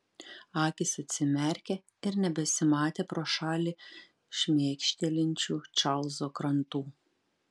akys atsimerkė ir nebesimatė pro šalį šmėkštelinčių čarlzo krantų